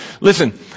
listen